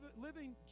living